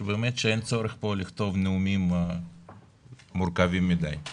שבאמת שאין צורך פה לכתוב נאומים מורכבים מידי.